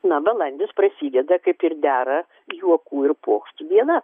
na balandis prasideda kaip ir dera juokų ir pokštų diena